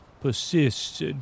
persists